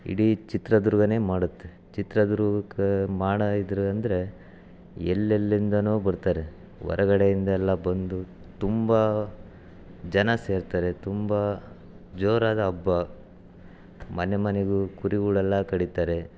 ಇಡೀ ಚಿತ್ರದುರ್ಗನೇ ಮಾಡುತ್ತೆ ಚಿತ್ರದುರ್ಗಕ್ಕೆ ಮಾಡಿ ಇದ್ರ ಅಂದರೆ ಎಲ್ಲೆಲ್ಲಿಂದನೋ ಬರ್ತಾರೆ ಹೊರ್ಗಡೆಯಿಂದೆಲ್ಲ ಬಂದು ತುಂಬ ಜನ ಸೇರ್ತಾರೆ ತುಂಬ ಜೋರಾದ ಹಬ್ಬ ಮನೆ ಮನೆಗೂ ಕುರಿಗಳೆಲ್ಲ ಕಡೀತಾರೆ